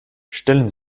stellen